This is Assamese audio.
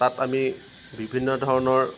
তাত আমি বিভিন্ন ধৰণৰ